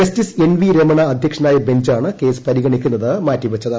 justice N V Ramana അധ്യക്ഷനായ ബെഞ്ചാണ് case പരിഗണിക്കുന്നത് മാറ്റിവെച്ചത്